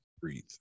Breathe